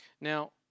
Now